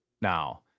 now